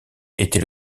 était